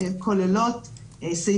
זאת אומרת חוקות ולא רק בישראל כוללות סעיפים